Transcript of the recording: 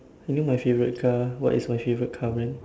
you know my favourite car what is my favourite car brand